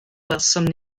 welsom